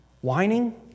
Whining